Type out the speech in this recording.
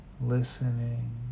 listening